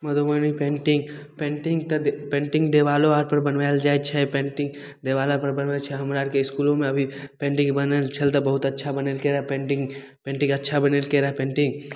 Madhubani painting पेन्टिंगके जे painting देबालो आरपर बनबायल जाइ छै पेंटिंग देबाल आरपर बनबल छै हमरा आरके इसकुलोमे अभी पेन्टिंग बनल छल तऽ बहुत अच्छा बनेलकय रऽ पेंटिंग पेन्टिंग अच्छा बनेलकय रऽ पेन्टिंग